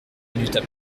minutes